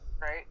Right